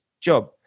job